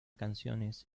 canciones